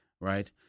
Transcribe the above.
right